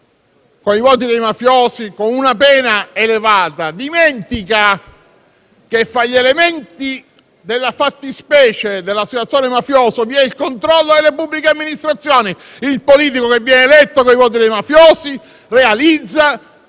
con i voti dei mafiosi, dimentica che fra gli elementi della fattispecie dell'associazione mafiosa vi è il controllo delle pubbliche amministrazioni. Il politico che viene eletto con i voti dei mafiosi realizza gli